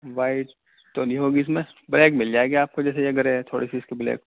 white تو نہیں ہوگی اس میں بلیک مل جائے گی آپ کو جیسے یہ گرے ہے تھوڑی سی اس کی بلیک